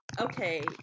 okay